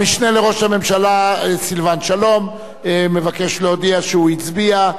המשנה לראש הממשלה סילבן שלום מבקש להודיע שהוא הצביע.